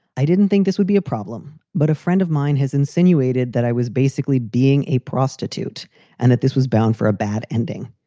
i didn't think this would be a problem, but a friend of mine has insinuated that i was basically being a prostitute and that this was bound for a bad ending.